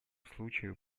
случаю